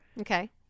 okay